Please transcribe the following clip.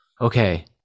okay